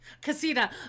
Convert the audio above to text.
Casita